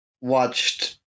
watched